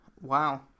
wow